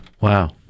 Wow